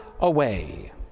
away